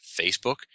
Facebook